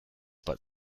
but